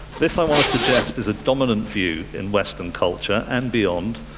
this i want to suggest is a dominant view in western culture and beyond,